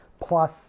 plus